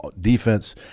defense